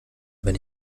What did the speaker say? wenn